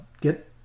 Get